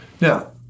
Now